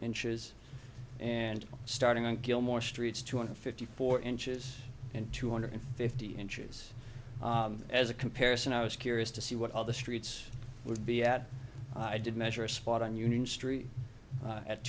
inches and starting on gilmore streets two hundred fifty four inches and two hundred fifty inches as a comparison i was curious to see what all the streets would be at i did measure a spot on union street